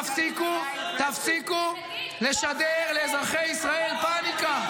תפסיקו לשדר לאזרחי ישראל פניקה.